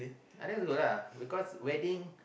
uh that's good lah because wedding